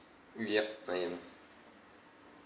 yup I am